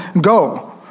go